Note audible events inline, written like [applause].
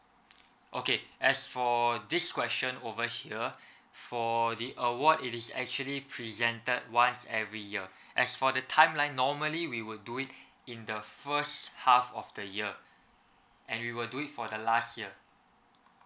okay as for this question over here [breath] for the award it is actually presented once every year [breath] as for the timeline normally we will do it [breath] in the first half of the year and we will do it for the last year